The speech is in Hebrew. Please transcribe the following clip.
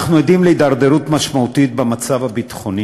אנחנו עדים להידרדרות משמעותית במצב הביטחוני